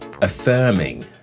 affirming